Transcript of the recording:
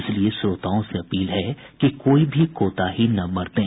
इसलिए श्रोताओं से अपील है कि कोई भी कोताही न बरतें